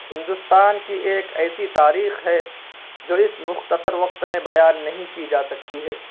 ہندوستان کی ایک ایسی تاریخ ہے جو اس مختصر وقت میں بیان نہیں کی جا سکتی ہے